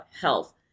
health